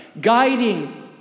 guiding